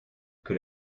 que